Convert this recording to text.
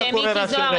חבר הכנסת מיקי זוהר,